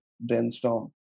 brainstorm